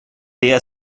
der